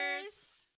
Cheers